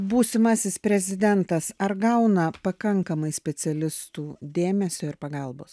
būsimasis prezidentas ar gauna pakankamai specialistų dėmesio ir pagalbos